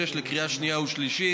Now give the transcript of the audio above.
36) לקריאה שנייה ושלישית.